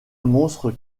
monstre